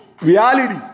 Reality